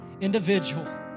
individual